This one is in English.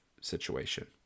situation